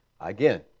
Again